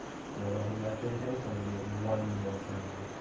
still doesn't match anything so i'm going to do it one more time.